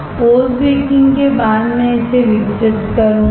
post baking के बाद मैं इसे विकसित करूंगा